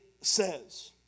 says